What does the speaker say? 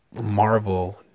Marvel